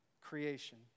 creation